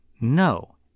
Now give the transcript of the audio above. no